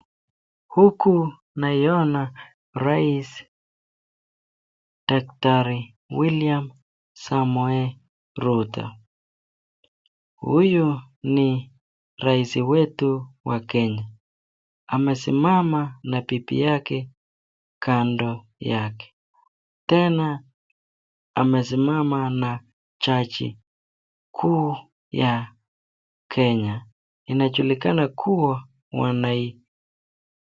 Huku naiona rais daktari William Samoei Ruto, huyu ni rais wetu wa kenya, amesimama na bibi yake kando yake, tena amesimama na jaji kuu ya kenya, inajulikana kuwa wanai.